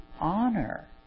honor